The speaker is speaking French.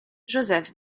joseph